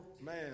man